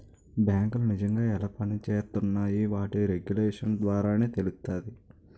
బేంకులు నిజంగా ఎలా పనిజేత్తున్నాయో వాటి రెగ్యులేషన్స్ ద్వారానే తెలుత్తాది